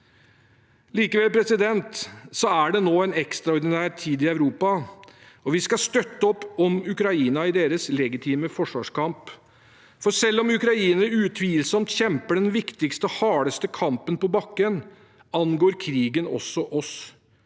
Likevel er det nå en ekstraordinær tid i Europa. Vi skal støtte opp om Ukraina i deres legitime forsvarskamp, for selv om ukrainere utvilsomt kjemper den viktigste og hardeste kampen på bakken, angår krigen også oss.